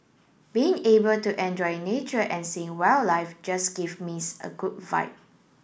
being able to enjoy nature and seeing wildlife just give me a good vibe